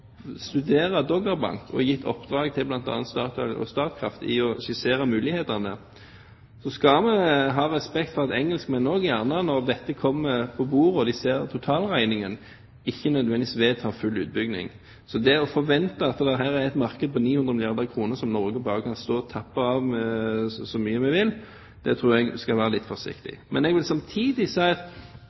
studere Doggerbank og gitt oppdrag til bl.a. Statoil og Statkraft om å skissere mulighetene, skal vi ha respekt for at engelskmennene gjerne når dette kommer på bordet og de ser totalregningen, ikke nødvendigvis vedtar full utbygging. Så det å forvente at det her er et marked på 900 milliarder kr som Norge bare kan tappe av så mye vi vil, tror jeg vi skal være litt forsiktig med. Men jeg vil samtidig